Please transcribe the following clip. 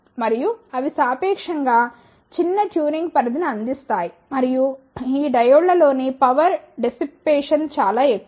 మరియు అవి సాపేక్షం గా చిన్న ట్యూనింగ్ పరిధిని అందిస్తాయి మరియు ఈ డయోడ్లలోని పవర్ డిసిప్పేషన్ చాలా ఎక్కువ